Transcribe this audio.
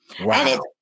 Wow